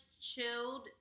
chilled